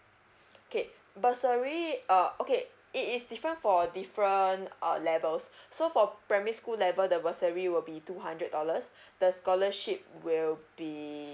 okay bursary uh okay it is different for different uh levels so for primary school level the bursary will be two hundred dollars the scholarship will be